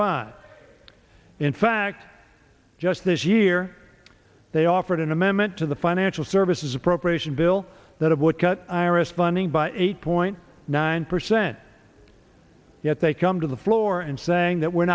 five in fact just this year they offered an amendment to the financial services appropriation bill that would cut iris funding by eight point nine percent yet they come to the floor and saying that we're